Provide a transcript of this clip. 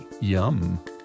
yum